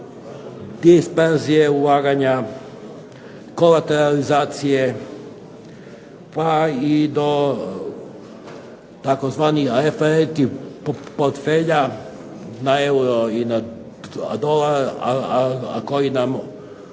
disperzije ulaganja, kolateralizacije pa i do tzv. referentnih portfelja na euro i na dolar, a koji nam